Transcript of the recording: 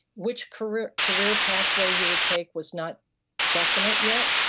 which career career pathway you would take was not definite yet,